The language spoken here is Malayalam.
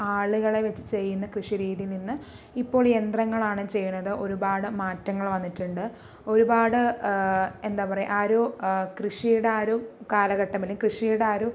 ആളുകളെ വെച്ച് ചെയ്യുന്ന കൃഷി രീതിയിൽ നിന്ന് ഇപ്പോൾ യന്ത്രങ്ങളാണ് ചെയ്യുന്നത് ഒരുപാട് മാറ്റങ്ങൾ വന്നിട്ടുണ്ട് ഒരുപാട് എന്താ പറയുക ആ ഒരു കൃഷിയുടെ ആ ഒരു കാലഘട്ടം അല്ലെങ്കിൽ കൃഷിയുടെ ആ ഒരു